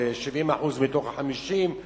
ו-70% מתוך ה-50%